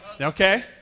Okay